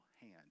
hand